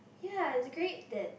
ya it's a great that